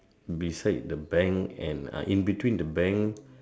beside the bank and uh in between the bank